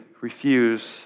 refuse